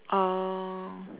oh